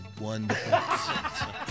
wonderful